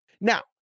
Now